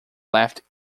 left